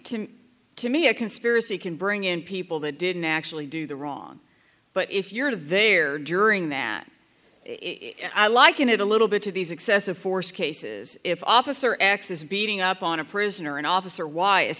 to me a conspiracy can bring in people that didn't actually do the wrong but if you're there during that i liken it a little bit to these excessive force cases if officer x is beating up on a prisoner or an officer why is